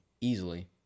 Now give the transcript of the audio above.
easily